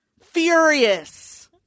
furious